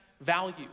value